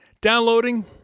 downloading